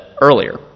earlier